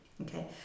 Okay